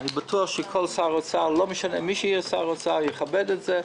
אני בוטח שמי שיהיה שר אוצר, יכבד את זה.